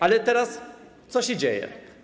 Ale teraz co się dzieje?